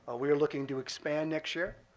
we're looking to expand next year.